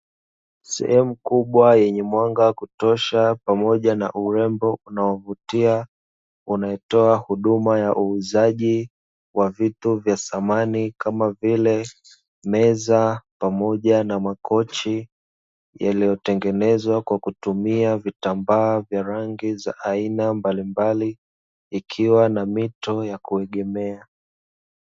Sehemu kubwa yenye mwanga wa kutosha pamoja na urembo unaovutia, unaotoa huduma ya uuzaji wa fito vya samani, kama vile meza pamoja na makochi yaliyotengenezwa kwa kutumia vitambaa vya rangi za aina mbalimbali ikiwa na mito ya kuegemea.